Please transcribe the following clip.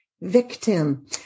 victim